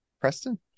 Preston